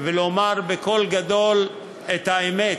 צריכה לקום ולומר בקול גדול את האמת,